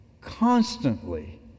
constantly